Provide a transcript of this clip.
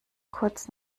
kurz